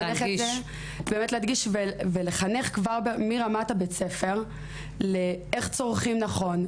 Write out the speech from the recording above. לחנך כבר מרמת בית הספר איך צורכים נכון,